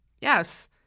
Yes